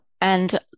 and-